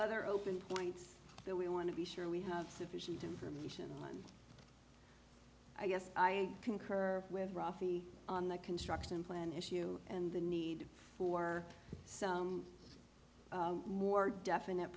other open points that we want to be sure we have sufficient information i guess i concur with rafi on the construction plan issue and the need for more definite